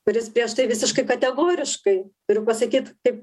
kuris prieš tai visiškai kategoriškai turiu pasakyt kaip